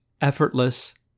effortless